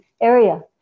area